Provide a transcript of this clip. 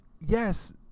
yes